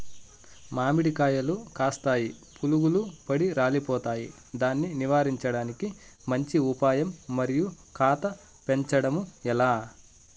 మామిడి కాయలు కాస్తాయి పులుగులు పడి రాలిపోతాయి దాన్ని నివారించడానికి మంచి ఉపాయం మరియు కాత పెంచడము ఏలా?